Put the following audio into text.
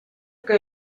que